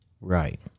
right